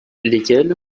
lesquels